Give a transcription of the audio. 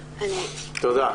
תודה.